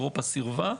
אירופה סירבה.